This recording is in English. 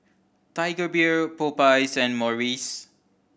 Tiger Beer Popeyes and Morries